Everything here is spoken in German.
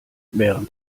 während